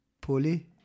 poli